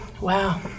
Wow